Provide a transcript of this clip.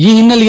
ಈ ಹಿನ್ನೆಲೆ